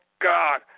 God